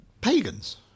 pagans